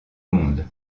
monde